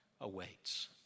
awaits